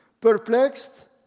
perplexed